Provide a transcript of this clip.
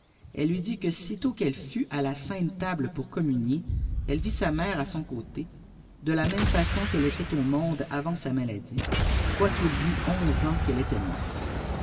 elle lui dit que sitôt qu'elle fût à la sainte table pour communier elle vit sa mère à son côté de la même façon qu'elle était au monde avant sa maladie quoiqu'il y eût onze ans qu'elle était morte